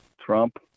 Trump